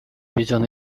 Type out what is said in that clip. wiedziony